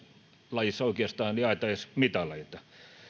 lajissa oikeastaan jaeta edes mitaleita